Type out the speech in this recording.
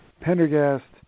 Pendergast